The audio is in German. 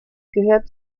gehört